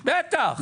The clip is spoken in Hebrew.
בטח.